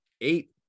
eight